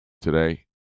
today